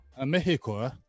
Mexico